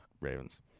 Ravens